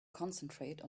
concentrate